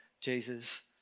Jesus